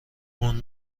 اون